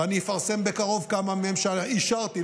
ואני אפרסם בקרוב כמה מהם שאישרתי,